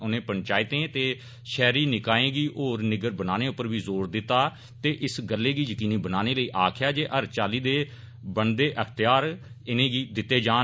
उनें पंचायतें ते शैहरी निकायें गी होर निग्गर बनाने उप्पर बी जोर दित्ता ते इस गल्लै गी यकीनी बनाने लेई आक्खेया जे हर चाल्ली दे बनदे अख्तेयार इनेंगी दित्ते जान